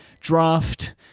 draft